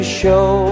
show